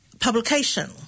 publication